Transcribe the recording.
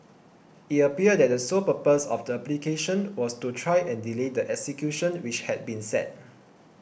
it appeared that the sole purpose of the applications was to try and delay the execution which had been set